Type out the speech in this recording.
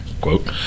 Quote